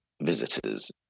visitors